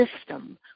system